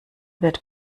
wird